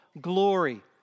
glory